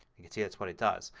you can see that's what it does.